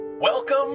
Welcome